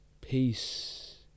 peace